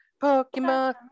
pokemon